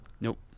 Nope